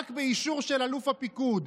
רק באישור של אלוף הפיקוד,